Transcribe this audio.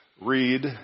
Read